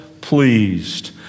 pleased